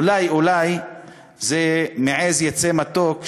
אולי אולי מעז יצא מתוק,